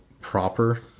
proper